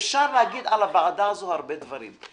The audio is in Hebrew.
אפשר להגיד על הוועדה הזו הרבה דברים.